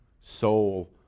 soul